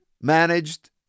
managed